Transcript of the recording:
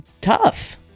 tough